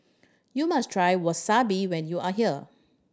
you must try Wasabi when you are here